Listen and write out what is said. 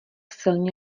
silně